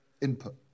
input